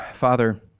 Father